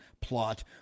plot